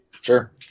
Sure